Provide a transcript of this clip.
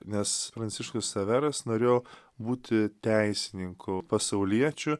nes pranciškus ksaveras norėjo būti teisininku pasauliečiu